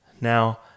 Now